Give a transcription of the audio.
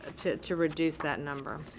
to to reduce that number.